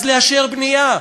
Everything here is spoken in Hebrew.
אז לאשר בנייה,